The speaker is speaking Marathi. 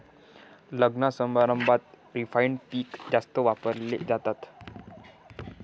लग्नसमारंभात रिफाइंड पीठ जास्त वापरले जाते